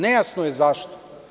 Nejasno je zašto.